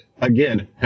again